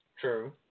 True